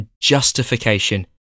justification